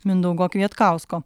mindaugo kvietkausko